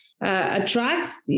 attracts